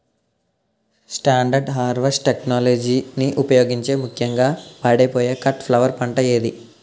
Standard harvest టెక్నాలజీని ఉపయోగించే ముక్యంగా పాడైపోయే కట్ ఫ్లవర్ పంట ఏది?